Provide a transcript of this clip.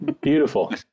Beautiful